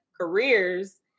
careers